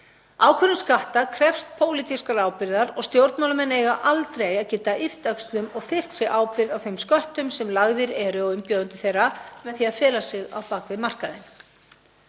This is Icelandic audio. Ákvörðun skatta krefst pólitískrar ábyrgðar og stjórnmálamenn eiga aldrei að geta yppt öxlum og firrt sig ábyrgð á þeim sköttum sem lagðir eru á umbjóðendur þeirra með því að fela sig á bak við markaðinn.